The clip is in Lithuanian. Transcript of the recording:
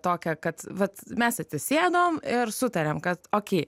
tokią kad vat mes atsisėdom ir sutariam kad ok